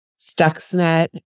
Stuxnet